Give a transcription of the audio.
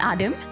Adam